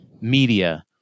media